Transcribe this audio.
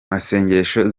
masengesho